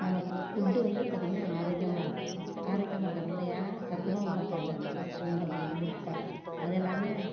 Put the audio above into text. நமக்கு ஃபுட்டு வந்து பார்த்திங்கனா ஆரோக்கியமாக இருக்கும் ஆரோக்கியமாக இருக்கிறதுனால ஏன்னால் சத்துணவு சாப்பாட்டில் நல்ல சுண்டல் முட்டை அது எல்லாமே